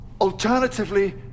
Alternatively